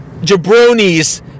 jabronis